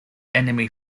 enemy